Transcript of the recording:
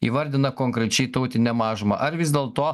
įvardina konkrečiai tautinę mažumą ar vis dėlto